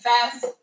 fast